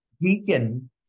Deacon